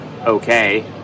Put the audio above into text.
okay